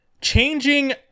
Changing